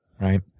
right